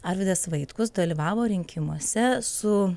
arvydas vaitkus dalyvavo rinkimuose su